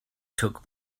took